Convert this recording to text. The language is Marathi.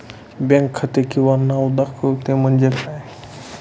बँक खाते किंवा नाव दाखवते म्हणजे काय?